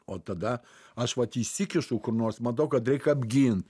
o tada aš vat įsikišu kur nors matau kad reik apgint